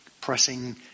Pressing